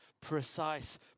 precise